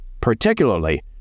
particularly